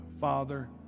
Father